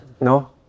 No